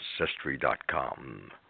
Ancestry.com